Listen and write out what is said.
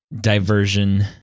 diversion